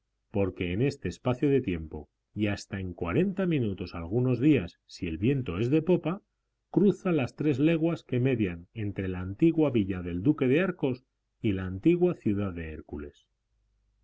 porque en este espacio de tiempo y hasta en cuarenta minutos algunos días si el viento es de popa cruza las tres leguas que median entre la antigua villa del duque de arcos y la antigua ciudad de hércules